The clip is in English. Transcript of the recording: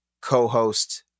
co-host